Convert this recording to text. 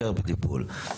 להישאר בטיפול.